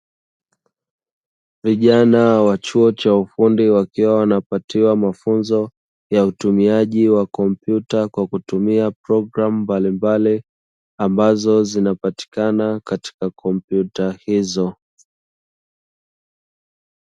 Vijana wa chuo cha ufundi wakiwa wanapatiwa mafunzo ya utumiaji wa kompyuta kwa kutumia programu mbalimbali ambazo zinapatikana katika kompyuta hizo.